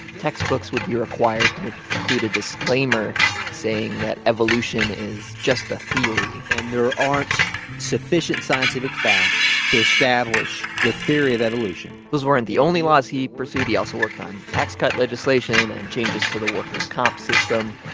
textbooks would be required to include a disclaimer saying that evolution is just a theory and there aren't sufficient scientific facts to establish the theory of evolution those weren't the only laws he pursued. he also worked on tax-cut legislation and changes to the workers comp system.